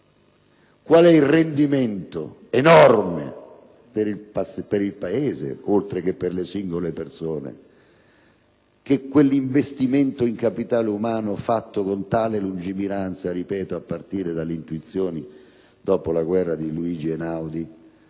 Qual è il rendimento enorme per il Paese, oltre che per le singole persone, che ha prodotto quell'investimento in capitale umano fatto con tale lungimiranza, a partire - lo ripeto - dalle intuizioni, dopo la guerra, di Luigi Einaudi?